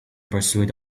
pursuit